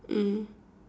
mm